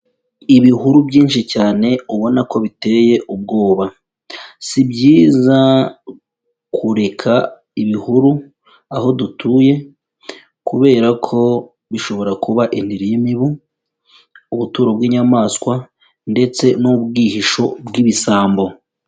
Ibihuru byinshi cyane ubona ko biteye ubwoba. Si byiza kureka ibihuru, aho dutuye kubera ko bishobora kuba intiri y'imibu ,ubuturo bw'inyamaswa ndetse n'ubwihisho bw'ibisambo.